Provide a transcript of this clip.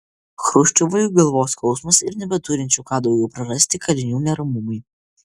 chruščiovui galvos skausmas ir nebeturinčių ką daugiau prarasti kalinių neramumai